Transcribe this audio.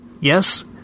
Yes